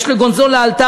יש לגונזו לאלתר,